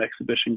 exhibition